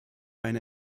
eine